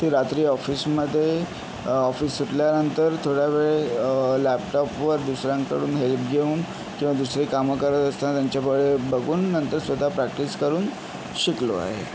ते रात्री ऑफिसमध्ये ऑफिस सुटल्यानंतर थोडावेळ लॅपटॉपवर दुसऱ्यांकडून हेल्प घेऊन किंवा दुसरे कामं करत असतांना त्यांच्याकडे बघून नंतर स्वतः प्रॅक्टिस करून शिकलो आहे